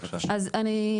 אז שוב,